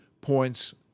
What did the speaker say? points